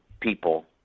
people